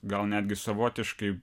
gal netgi savotiškai